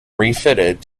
refitted